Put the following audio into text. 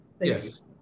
yes